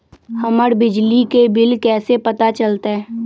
हमर बिजली के बिल कैसे पता चलतै?